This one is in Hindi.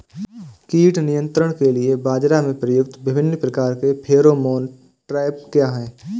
कीट नियंत्रण के लिए बाजरा में प्रयुक्त विभिन्न प्रकार के फेरोमोन ट्रैप क्या है?